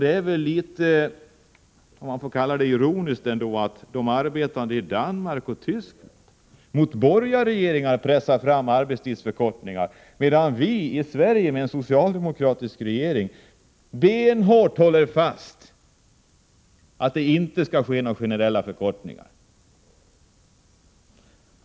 Det är ganska ironiskt, om man får kalla det så, att de arbetande i Danmark och Västtyskland gentemot borgerliga regeringar pressar fram arbetstidsförkortningar, medan vi i Sverige med en socialdemokratisk regering benhårt håller fast vid att det inte skall ske några generella förkortningar.